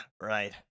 right